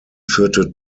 führte